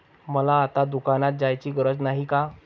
मला आता दुकानात जायची गरज नाही का?